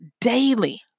daily